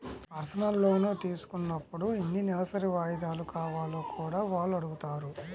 personal loan తీసుకున్నప్పుడు ఎన్ని నెలసరి వాయిదాలు కావాలో కూడా వాళ్ళు అడుగుతారు